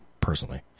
personally